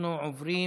אנחנו עוברים